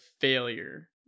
failure